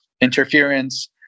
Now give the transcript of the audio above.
interference